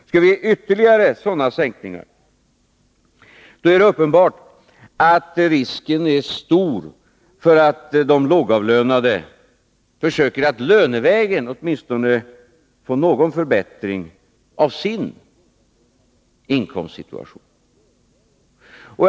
Skulle vi ge ytterligare sådana skattesänkningar, är det uppenbart att risken är stor för att de lågavlönade skulle försöka att lönevägen få åtminstone någon förbättring av sin inkomstsituation.